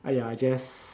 !aiya! I just